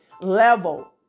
level